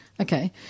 Okay